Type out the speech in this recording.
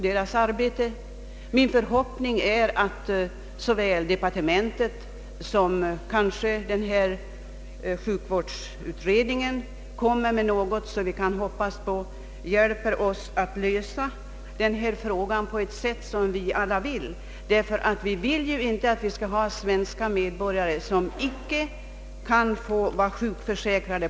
Det är min förhoppning att denna utredning och departementet skall komma med något nytt initiativ, som kan bidra till att lösa denna fråga på ett sådant sätt som vi alla önskar. Vi vill ju inte att det skall finnas svenska medborgare som icke på något sätt är sjukförsäkrade.